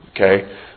Okay